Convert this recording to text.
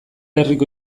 herriko